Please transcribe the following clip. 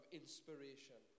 inspiration